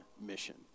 mission